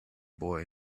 boy